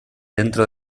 dentro